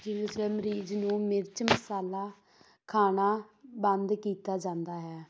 ਜਿਵੇਂ ਉਸ ਮਰੀਜ਼ ਨੂੰ ਮਿਰਚ ਮਸਾਲਾ ਖਾਣਾ ਬੰਦ ਕੀਤਾ ਜਾਂਦਾ ਹੈ